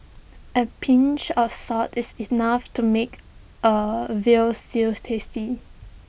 A pinch of salt is enough to make A Veal Stew tasty